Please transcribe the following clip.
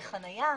בחניה.